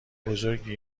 بزرگی